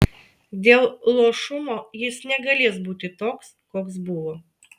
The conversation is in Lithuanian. dėl luošumo jis negalės būti toks koks buvo